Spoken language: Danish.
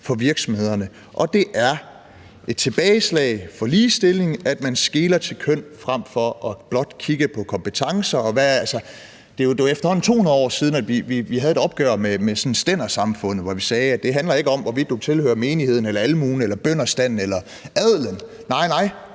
for virksomhederne, og det er et tilbageslag for ligestillingen, at man skeler til køn frem for blot at kigge på kompetencer. Det er jo efterhånden 200 år siden, vi havde et opgør med stændersamfundet, hvor vi sagde, at det ikke handler om, hvorvidt du tilhører menigheden, almuen eller bønderstanden eller adelen, nej, nej,